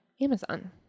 amazon